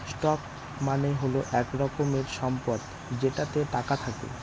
stock মানে হল এক রকমের সম্পদ যেটাতে টাকা থাকে